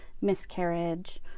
miscarriage